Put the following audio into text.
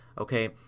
okay